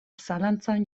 zalantzan